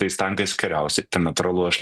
tais tankais kariausi tai natūralu aš